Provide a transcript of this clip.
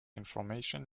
information